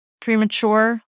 premature